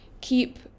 keep